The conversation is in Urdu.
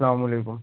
سلام علیکم